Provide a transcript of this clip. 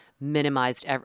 minimized